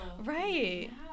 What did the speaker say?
Right